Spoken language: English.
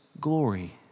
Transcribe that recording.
glory